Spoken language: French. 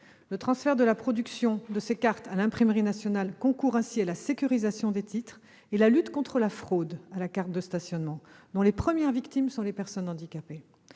Le transfert de la production de ces cartes à l'Imprimerie nationale concourt ainsi à la sécurisation des titres et à la lutte contre la fraude à la carte de stationnement, dont les premières victimes sont les personnes handicapées.